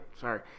sorry